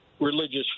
religious